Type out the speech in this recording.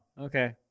okay